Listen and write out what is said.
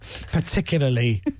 particularly